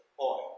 oil